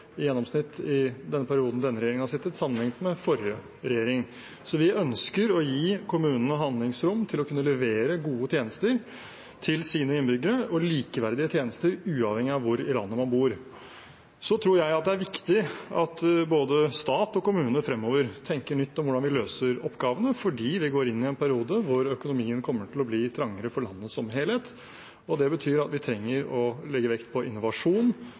gjennomsnitt i den perioden denne regjeringen har sittet, sammenlignet med forrige regjering. Vi ønsker å gi kommunene handlingsrom til å kunne levere gode tjenester til sine innbyggere og likeverdige tjenester uavhengig av hvor i landet man bor. Så tror jeg det er viktig at både stat og kommune fremover tenker nytt om hvordan vi løser oppgavene, fordi vi går inn i en periode der økonomien kommer til å bli trangere for landet som helhet. Det betyr at vi trenger å legge vekt på innovasjon